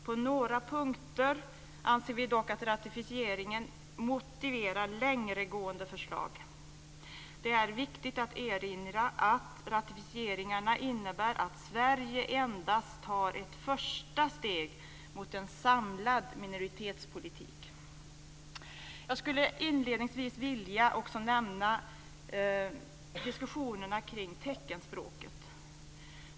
På några punkter anser vi dock att ratificeringen motiverar längre gående förslag. Det är viktigt att erinra om att ratificeringarna innebär att Sverige endast tar ett första steg mot en samlad minoritetspolitik. Jag skulle inledningsvis också vilja nämna diskussionerna kring teckenspråket.